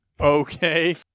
Okay